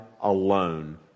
alone